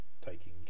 taking